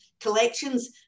collections